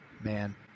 man